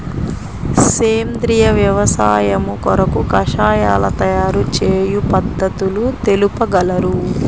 సేంద్రియ వ్యవసాయము కొరకు కషాయాల తయారు చేయు పద్ధతులు తెలుపగలరు?